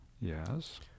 yes